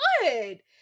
good